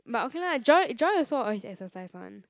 but okay lah Joy Joy also always exercise [one]